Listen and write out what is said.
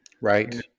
Right